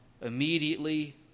immediately